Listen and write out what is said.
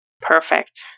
Perfect